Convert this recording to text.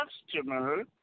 customer